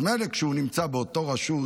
אז מילא כשהוא נמצא באותה רשות,